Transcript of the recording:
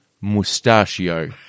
Mustachio